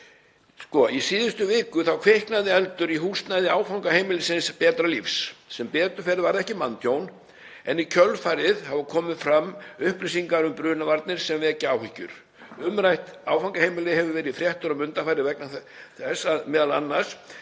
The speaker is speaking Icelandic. Í síðustu viku kviknaði eldur í húsnæði áfangaheimilisins Betra lífs. Sem betur fer varð ekkert manntjón en í kjölfarið hafa komið fram upplýsingar um brunavarnir sem vekja áhyggjur. Umrætt áfangaheimili hefur verið í fréttum undanfarið, m.a. fyrir